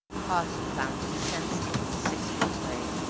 parson found insensible in the six-foot way.